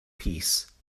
peace